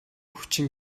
хүчин